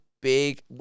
big